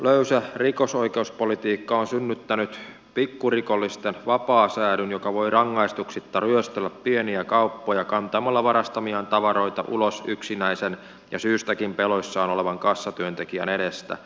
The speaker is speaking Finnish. löysä rikosoikeuspolitiikka on synnyttänyt pikkurikollisten vapaasäädyn joka voi rangaistuksitta ryöstellä pieniä kauppoja kantamalla varastamiaan tavaroita ulos yksinäisen ja syystäkin peloissaan olevan kassatyöntekijän edestä